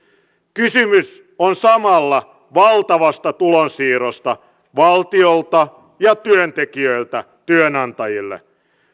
kysymys on samalla valtavasta tulonsiirrosta valtiolta ja työntekijöiltä työnantajille